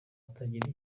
atagira